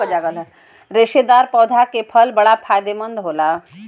रेशेदार पौधा के फल बड़ा फायदेमंद होला